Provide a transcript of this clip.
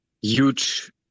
huge